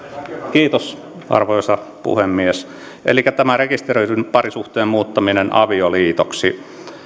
kiitos arvoisa puhemies tämä rekisteröidyn parisuhteen muuttaminen avioliitoksi